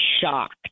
shocked